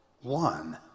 One